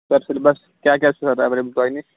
سَر syllabus کیٛاہ کیٛاہ چھُ ایویلیبٕل تۄہہِ نِش